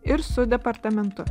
ir su departamentu